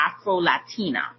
afro-latina